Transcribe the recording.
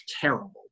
terrible